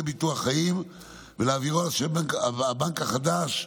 ביטוח חיים ולהעבירו על שם הבנק החדש,